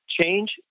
change